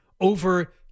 over